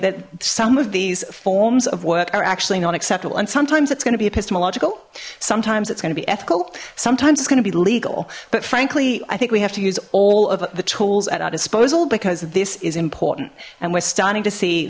that some of these forms of work are actually not acceptable and sometimes it's going to be a pista more logical sometimes it's going to be ethical sometimes it's going to be legal but frankly i think we have to use all of the tools at our disposal because this is important and we're starting to see